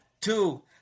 two